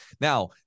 Now